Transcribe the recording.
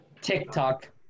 TikTok